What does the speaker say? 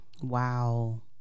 wow